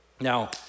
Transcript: now